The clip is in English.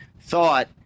thought